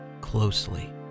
closely